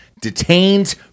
detained